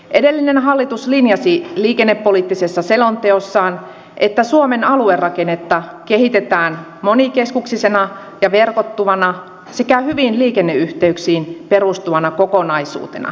edellinen hallitus linjasi liikennepoliittisessa selonteossaan että suomen aluerakennetta kehitetään monikeskuksisena ja verkottuvana sekä hyviin liikenneyhteyksiin perustuvana kokonaisuutena